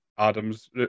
Adam's